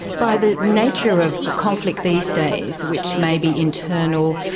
by the nature of conflict these days which may be internal,